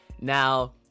Now